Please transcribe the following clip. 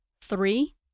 Three